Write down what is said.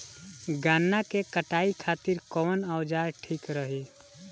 गन्ना के कटाई खातिर कवन औजार ठीक रही?